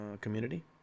community